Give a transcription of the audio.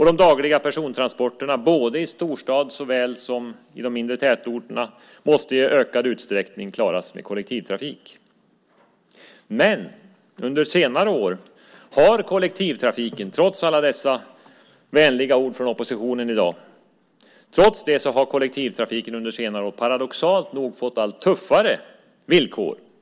De dagliga persontransporterna i såväl storstad som mindre tätorter måste i ökad utsträckning klaras med kollektivtrafik. Trots alla dessa vänliga ord från oppositionen i dag har kollektivtrafiken under senare år paradoxalt nog fått allt tuffare villkor.